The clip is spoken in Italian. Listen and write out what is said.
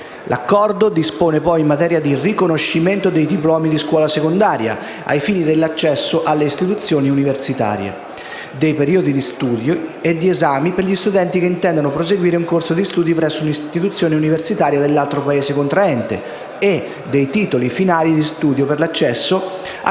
L'Accordo dispone poi in materia di riconoscimento dei diplomi di scuola secondaria, ai fini dell'accesso alle istituzioni universitarie, dei periodi di studio e di esame per gli studenti che intendano proseguire un corso di studi presso un istituzione universitaria dell'altro Paese contraente e dei titoli finali di studio per l'accesso a corsi